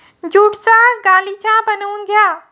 ज्यूटचा गालिचा बनवून घ्या